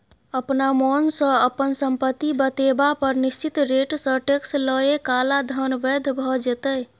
अपना मोनसँ अपन संपत्ति बतेबा पर निश्चित रेटसँ टैक्स लए काला धन बैद्य भ जेतै